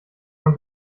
man